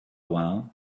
while